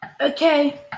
Okay